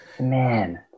Man